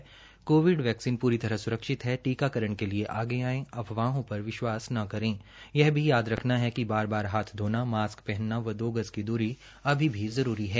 Covid vaccine पूरी तरह सुरक्षित है टीकाकरण के लिए आगे आएं अफवाहों पर विश्वास न करे यह भी याद रखना है कि बार बार हाथ धोना मास्क पहनना व दो गज की दूरी अभी भी जरूरी है